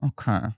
Okay